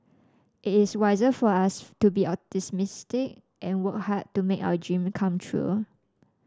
it is wiser for us to be optimistic and work hard to make our dream come true